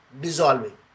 dissolving